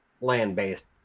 land-based